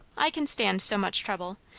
i can stand so much trouble.